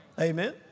Amen